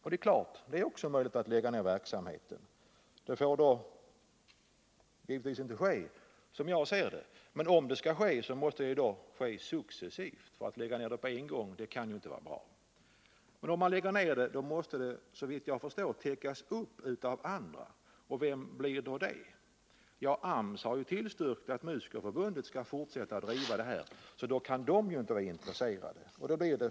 Givetvis är det möjligt att lägga ner verksamheten, även om det är någonting som enligt min mening inte bör få ske. Men om det sker, då måste detta till att börja med göras successivt, för det kan ju inte vara bra att lägga ner verksamheten på en gång. Vidare måste förmedlingsverksamheten täckas upp av andra, och vilka blir det? AMS har ju tillstyrkt att 81 Musikerförbundet skall fortsätta att driva verksamheten, så de kan alltså inte vara intresserade.